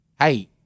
hey